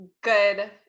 Good